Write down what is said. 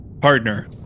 partner